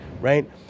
right